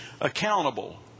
accountable